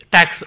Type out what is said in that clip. Tax